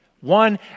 One